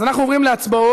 אז אנחנו עוברים להצבעות.